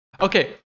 okay